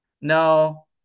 No